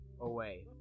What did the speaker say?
away